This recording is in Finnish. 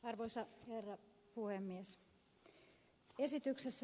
arvoisa herra puhemies